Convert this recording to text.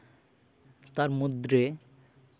ᱛᱟᱨ ᱢᱩᱫᱽᱨᱮ